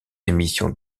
émissions